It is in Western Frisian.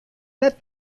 net